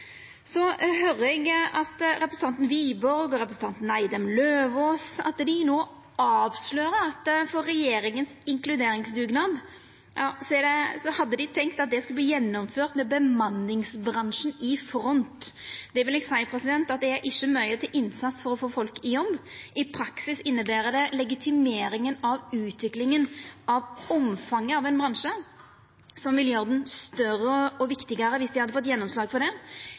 Så høyrer eg at representanten Wiborg og representanten Eidem Løvaas no avslørar at når det gjeld inkluderingsdugnaden til regjeringa, hadde dei tenkt at han skulle verta gjennomført med bemanningsbransjen i front. Det vil eg seia er ikkje mykje til innsats for å få folk i jobb. I praksis inneber det legitimeringa av utviklinga av omfanget av ein bransje som vil gjera han større og viktigare viss dei hadde fått gjennomslag for det,